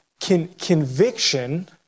Conviction